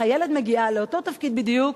כשחיילת מגיעה לאותו תפקיד בדיוק,